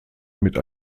mit